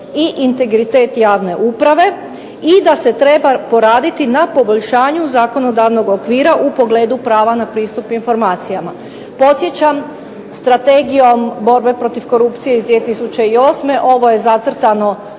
i integritet javne uprave i da se treba poraditi na poboljšanju zakonodavnog okvira u pogledu prava na pristup informacijama. Podsjećam strategijom borbe protiv korupcije iz 2008. ovo je zacrtano